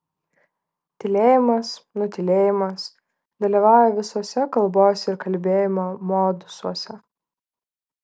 tylėjimas nutylėjimas dalyvauja visuose kalbos ir kalbėjimo modusuose